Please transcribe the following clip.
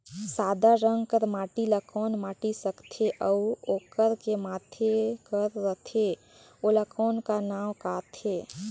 सादा रंग कर माटी ला कौन माटी सकथे अउ ओकर के माधे कर रथे ओला कौन का नाव काथे?